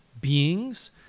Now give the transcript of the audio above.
beings